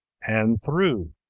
and through,